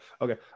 okay